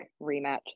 rematch